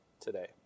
today